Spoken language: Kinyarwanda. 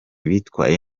bitwaye